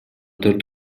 төрт